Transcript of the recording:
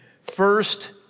first